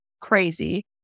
crazy